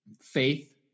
faith